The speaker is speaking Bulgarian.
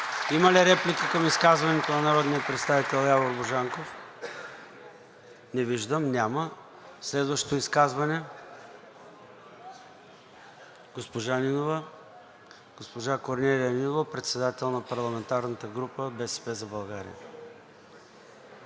Има ли реплика към изказването на народния представител Явор Божанков? Не виждам. Няма. Следващо изказване – госпожа Корнелия Нинова – председател на парламентарната група „БСП за България“.